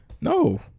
No